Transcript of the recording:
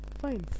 Fine